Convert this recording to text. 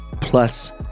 Plus